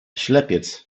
ślepiec